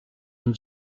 une